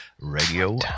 radio